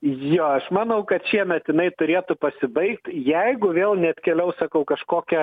jo aš manau kad šiemet jinai turėtų pasibaigt jeigu vėl neatkeliaus sakau kažkokia